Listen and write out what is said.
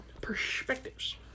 Perspectives